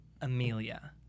Amelia